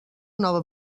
nova